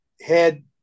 head